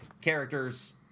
characters